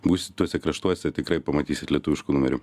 būsit tuose kraštuose tikrai pamatysit lietuviškų numerių